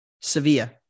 Sevilla